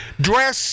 dress